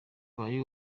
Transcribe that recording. ubaye